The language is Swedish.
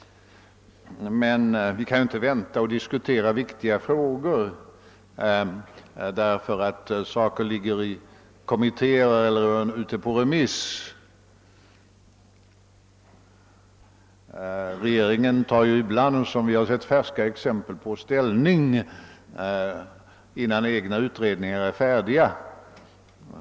Men vi kan inte vänta med att diskutera viktiga frågor därför att de är under behandling av kommittéer eller är ute på remiss. Regeringen tar ju ibland — som vi sett färska exempel på — ställning innan egna utredningar är färdiga.